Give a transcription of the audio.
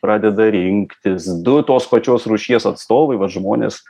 pradeda rinktis du tos pačios rūšies atstovai vat žmonės